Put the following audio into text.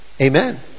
Amen